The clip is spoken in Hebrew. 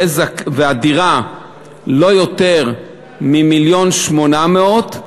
ומחיר הדירה אינו יותר מ-1.8 מיליון,